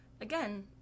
Again